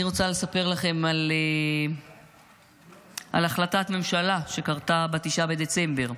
אני רוצה לספר לכם על החלטת ממשלה שקרתה ב-9 בדצמבר,